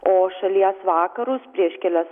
o šalies vakarus prieš kelias